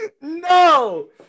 No